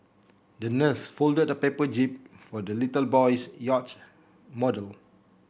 the nurse folded a paper jib for the little boy's yacht model